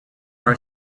are